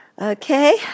Okay